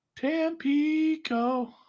Tampico